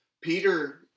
Peter